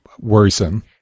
worrisome